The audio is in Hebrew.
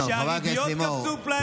של הריביות שקפצו פלאים?